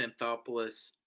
Anthopoulos